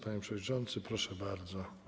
Panie przewodniczący, proszę bardzo.